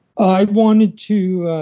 i wanted to